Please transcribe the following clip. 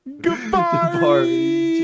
Goodbye